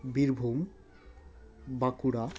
Birbhum Bankura